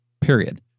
period